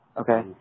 Okay